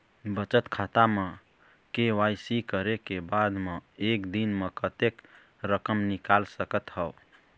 बचत खाता म के.वाई.सी करे के बाद म एक दिन म कतेक रकम निकाल सकत हव?